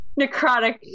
necrotic